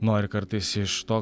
nori kartais iš to